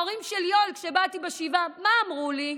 ההורים של יואל, כשבאתי בשבעה, מה אמרו לי?